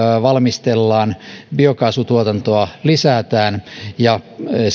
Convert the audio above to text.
valmistellaan biokaasutuotantoa lisätään ja